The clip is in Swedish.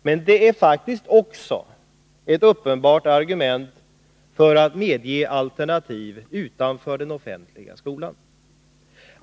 Men det är faktiskt också ett uppenbart argument för att man bör medge alternativ utanför den offentliga skolan.